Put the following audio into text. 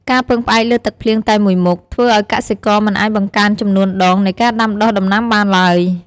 ការពឹងផ្អែកលើទឹកភ្លៀងតែមួយមុខ ធ្វើឱ្យកសិករមិនអាចបង្កើនចំនួនដងនៃការដាំដុះដំណាំបានឡើយ។